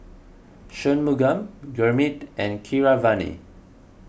Shunmugam Gurmeet and Keeravani